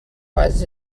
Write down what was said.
was